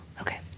okay